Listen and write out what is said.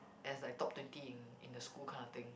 as like top twenty in in the school kind of thing